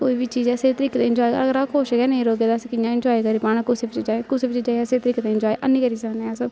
कोई बी चीज ऐ स्हेई तरीके दी इनजाए अगर अस कोशिश गै नेईं करगै ते असें कियां इनजाए करी पाना कुसै बी चीजा गी कुसै बी चीजा गी अस स्हेई तरीके दा इनजाए हैन्नी करी सकने अस